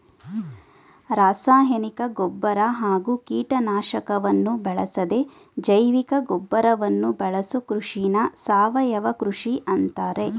ರಾಸಾಯನಿಕ ಗೊಬ್ಬರ ಹಾಗೂ ಕೀಟನಾಶಕವನ್ನು ಬಳಸದೇ ಜೈವಿಕಗೊಬ್ಬರವನ್ನು ಬಳಸೋ ಕೃಷಿನ ಸಾವಯವ ಕೃಷಿ ಅಂತಾರೆ